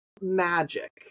magic